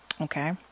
Okay